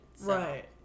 Right